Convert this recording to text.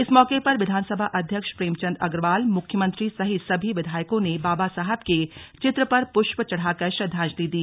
इस मौके पर विधानसभा अध्यक्ष प्रेमचंद अग्रवाल मुख्यमंत्री सहित सभी विधायकों ने बाबा साहब के चित्र पर पुष्प चढ़ाकर श्रद्वांजलि दी